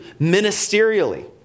ministerially